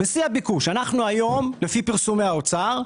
לפי פרסומי האוצר,